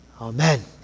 Amen